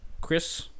Chris